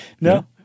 No